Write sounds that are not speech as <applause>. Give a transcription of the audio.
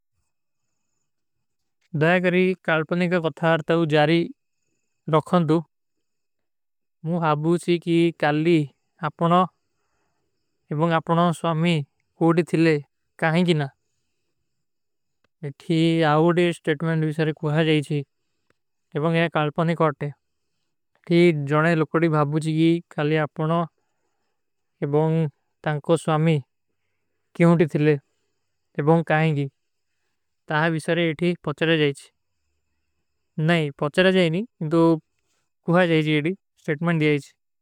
ଦଯାକରୀ କାଲ୍ପଣୀ କା କଥାରତା ଉଜାରୀ <hesitation> ରୋଖନ ଦୂ, ମୁଂ ଆପଵୂଚୀ କୀ କାଲୀ ଆପନୋ <hesitation> ଏବଂଗ ଆପନୋ ସ୍ଵାମୀ ହୋଡୀ ଥିଲେ କାହିଂଗୀ ନା। <hesitation> ଯେ ଥୀ ଆଓଡେ ସ୍ଟେଟ୍ମେଂଟ ଵୀସରେ କୁହା ଜାଈଚୀ ଏବଂଗ ଯେ କାଲ୍ପଣୀ କାର୍ଟେ। ତୀ ଜୋନେ ଲୋଗଡୀ ଭାବୂଚୀ କୀ କାଲୀ ଆପନୋ ଏବଂଗ ତଂକୋ ସ୍ଵାମୀ କିଯୋଂଟୀ ଥିଲେ ଏବଂଗ କାହିଂଗୀ ତାହା ଵୀସରେ ଯେ ଥୀ ପୌଚରା ଜାଈଚୀ। ନାଈ ପୌଚରା ଜାଈନୀ ଇଂତୋ କୁହା ଜାଈଚୀ ଯେଡି ସ୍ଟେଟ୍ମେଂଟ ଦିଯାଈଚୀ।